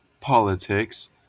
politics